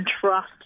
trust